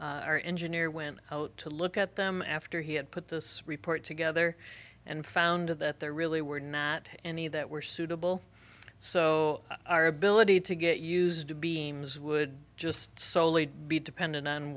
shape our engineer went out to look at them after he had put this report together and found that there really were not any that were suitable so our ability to get used to beings would just solely be dependent on